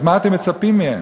אז מה אתם מצפים מהם?